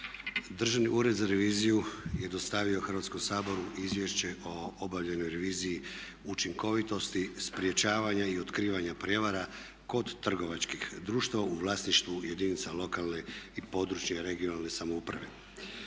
Državni ured za reviziju je dostavio Hrvatskom saboru Izvješće o obavljenoj reviziji učinkovitosti, sprječavanja i otkrivanja prijevara kod trgovačkih društava u vlasništvu jedinica lokalne i područne (regionalne) samouprave.